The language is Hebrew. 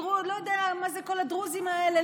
לא יודע מה זה כל הדרוזים האלה,